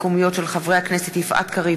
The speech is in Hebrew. בהצעת חברי הכנסת יפעת קריב,